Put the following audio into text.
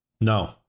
No